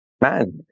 man